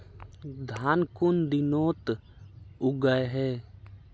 धान कुन दिनोत उगैहे